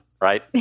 right